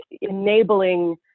enabling